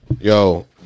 Yo